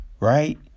Right